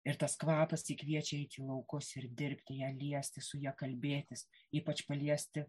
ir tas kvapas jį kviečia eiti į laukus ir dirbti ją liesti su ja kalbėtis ypač paliesti